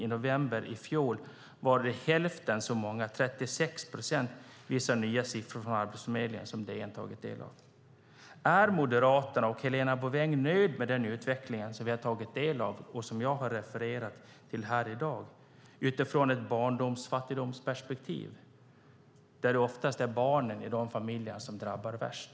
I november i fjol var det hälften så många, 36 procent, visar nya siffror från Arbetsförmedlingen som DN har tagit del av. Är Moderaterna och Helena Bouveng nöjda med den utvecklingen som vi har tagit del av och som jag har refererat till här i dag utifrån ett barnfattigdomsperspektiv? Det är oftast barnen som drabbas värst.